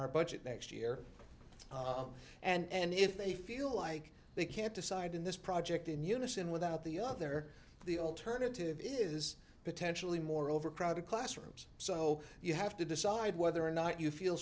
our budget next year and if they feel like they can't decide in this project in unison without the out there the alternative is potentially more overcrowded classrooms so you have to decide whether or not you feel